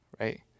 right